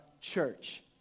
church